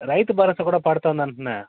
రైతు భరోసా కూడా పడుతుందంట